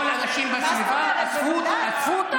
כל האנשים בסביבה, אספו אותם?